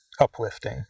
uplifting